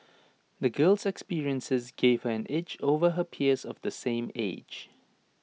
the girl's experiences gave her an edge over her peers of the same age